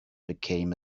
became